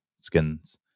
skin's